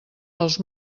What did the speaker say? els